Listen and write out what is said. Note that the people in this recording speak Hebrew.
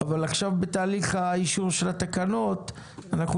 אבל עכשיו בתהליך האישור של התקנות אנחנו